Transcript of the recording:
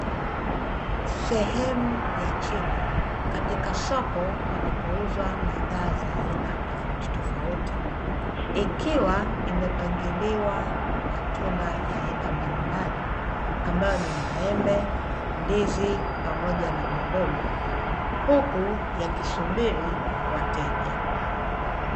Sehemu ya chini katika soko panapouzwa bidhaa za aina tofautitofauti, ikiwa imepangiliwa matunda ya aina mbalimbali ambayo ni maembe ndizi pamoja na maboga huku yakisubiri wateja.